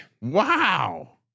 Wow